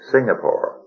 Singapore